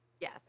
Yes